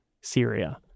Syria